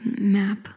map